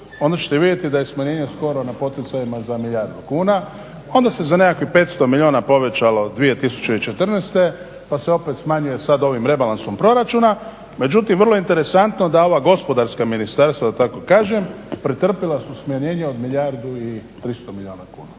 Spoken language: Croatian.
onda ćete vidjeti da je smanjenje skoro na poticajima za milijardu kuna, onda se za nekih 500 milijuna povećalo 2014. pa se opet smanjuje sada ovim rebalansom proračuna, međutim vrlo je interesantno da ova gospodarska ministarstva, da tako kažem, pretrpila su smanjenje od milijardu i 300 milijuna kuna.